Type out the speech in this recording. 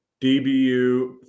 DBU